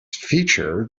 feature